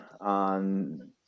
on